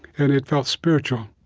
and it felt spiritual.